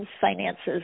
finances